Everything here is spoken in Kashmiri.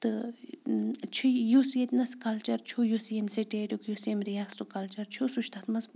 تہٕ چھُ یُس ییٚتہِ نَس کَلچَر چھُ یُس ییٚمہِ سٹیٹُک یُس ییٚمہِ رِیاستُک کَلچَر چھُ سُہ چھُ تَتھ منٛز